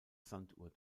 sanduhr